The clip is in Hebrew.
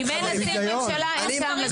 אם אין נציג ממשלה אין טעם לדון בזה.